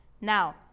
now